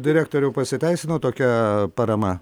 direktoriau pasiteisino tokia parama